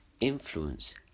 influence